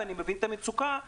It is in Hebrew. ואני מבין את המצוקה,